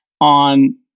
on